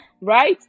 right